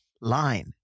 line